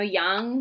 young